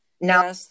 now